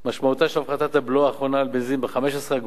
משמעותה של הפחתת הבלו האחרונה על הבנזין ב-15 אגורות